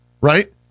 right